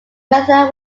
method